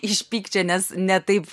iš pykčio nes ne taip